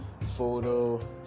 photo